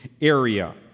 area